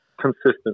consistent